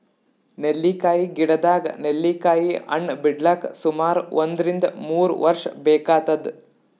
ನೆಲ್ಲಿಕಾಯಿ ಗಿಡದಾಗ್ ನೆಲ್ಲಿಕಾಯಿ ಹಣ್ಣ್ ಬಿಡ್ಲಕ್ ಸುಮಾರ್ ಒಂದ್ರಿನ್ದ ಮೂರ್ ವರ್ಷ್ ಬೇಕಾತದ್